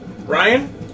Ryan